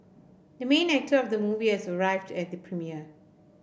the main actor of the movie has arrived at the premiere